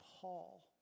Paul